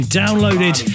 downloaded